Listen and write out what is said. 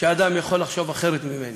שאדם יכול לחשוב אחרת ממני,